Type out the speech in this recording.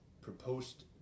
proposed